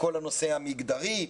בכל הנושא המגדרי,